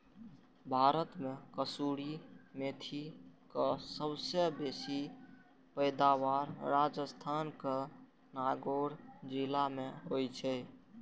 भारत मे कसूरी मेथीक सबसं बेसी पैदावार राजस्थानक नागौर जिला मे होइ छै